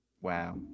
Wow